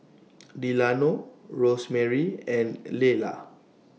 Delano Rosemarie and Lelah